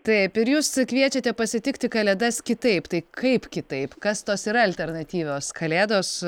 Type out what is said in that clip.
taip ir jūs kviečiate pasitikti kalėdas kitaip tai kaip kitaip kas tos yra alternatyvios kalėdos